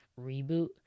reboot